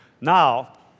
Now